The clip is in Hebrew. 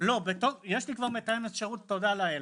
באופן עצמאית ולא לכפות על הבנאדם,